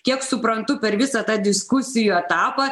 kiek suprantu per visą tą diskusijų etapą